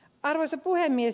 arvoisa puhemies